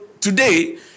today